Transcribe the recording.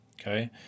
okay